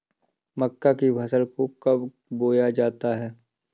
मक्का की फसल को कब बोया जाता है?